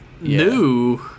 new